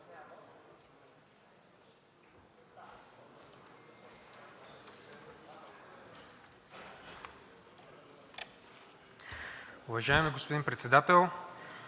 Уважаеми господин Председател!